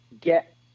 get